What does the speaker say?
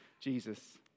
Jesus